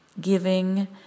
giving